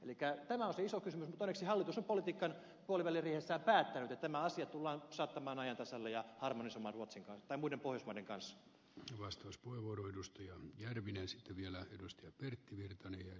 elikkä tämä on se iso kysymys mutta onneksi hallitus on politiikan puoliväliriihessään päättänyt että tämä asia tullaan saattamaan ajan tasalle ja harmonisemman ruotsi ottelu deportivo degas vastauspuheenvuoro edusti järvinen sitä vielä harmonisoimaan muiden pohjoismaiden kanssa